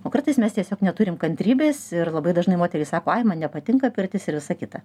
o kartais mes tiesiog neturim kantrybės ir labai dažnai moterys sako ai man nepatinka pirtis ir visa kita